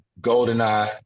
Goldeneye